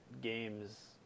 games